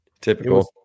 Typical